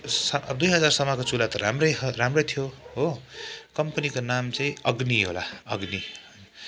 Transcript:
स दुई हजारसम्मको चुल्हा त राम्रै ह राम्रै थियो हो कम्पनीको नाम चाहिँ अग्नि होला अग्नि